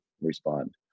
respond